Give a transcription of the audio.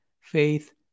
faith